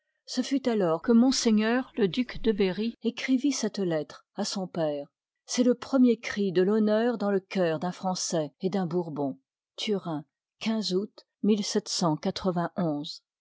ce fut alors que m'le duc de berry écrivit cette lettre à son père c'est le premier cri de l'honneur dans le cœur d'un français et d'un bourbon